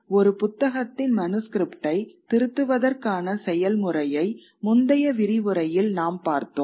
ஒரு புத்தகத்தின் மனுஸ்க்ரிப்ட்டை திருத்துவதற்கான செயல்முறையை முந்தைய விரிவுரையில் நாம் பார்த்தோம்